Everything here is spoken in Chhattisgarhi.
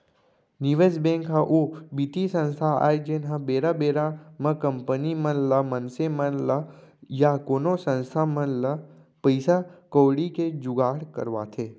निवेस बेंक ह ओ बित्तीय संस्था आय जेनहा बेरा बेरा म कंपनी मन ल मनसे मन ल या कोनो संस्था मन ल पइसा कउड़ी के जुगाड़ करवाथे